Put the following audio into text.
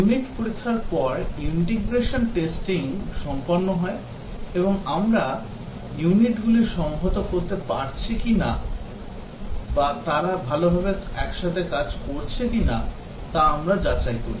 unit পরীক্ষার পরে integration testing সম্পন্ন হয় এবং আমরা ইউনিটগুলি সংহত করতে পারছি কিনা বা তারা ভালভাবে একসাথে কাজ করছে কিনা তা আমরা যাচাই করি